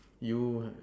you